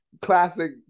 classic